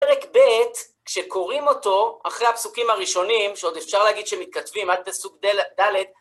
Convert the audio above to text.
פרק ב', שקוראים אותו, אחרי הפסוקים הראשונים, שעוד אפשר להגיד שמתכתבים עד פסוק ד',